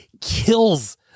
kills